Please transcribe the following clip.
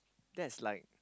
that's like